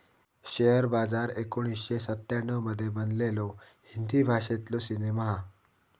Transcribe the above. share बाजार एकोणीसशे सत्त्याण्णव मध्ये बनलेलो हिंदी भाषेतलो सिनेमा हा